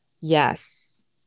Yes